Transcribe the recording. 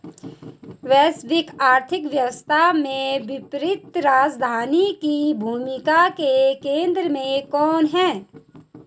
वैश्विक अर्थव्यवस्था में वित्तीय राजधानी की भूमिका के केंद्र में कौन है?